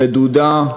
רדודה,